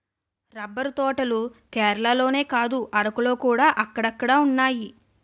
rubber తోటలు కేరళలోనే కాదు అరకులోకూడా అక్కడక్కడున్నాయి